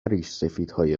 ریشسفیدهای